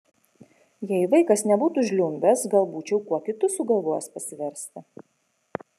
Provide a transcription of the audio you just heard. jei vaikas nebūtų žliumbęs gal būčiau kuo kitu sugalvojęs pasiversti